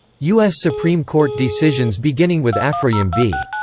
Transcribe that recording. u s. supreme court decisions beginning with afroyim v.